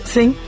Sing